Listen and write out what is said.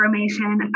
information